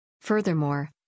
Furthermore